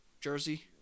Jersey